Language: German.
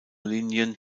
linjen